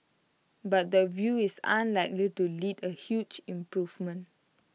but the view is unlikely to lead A huge improvement